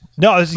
No